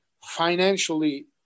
financially